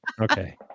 Okay